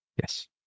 Yes